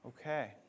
Okay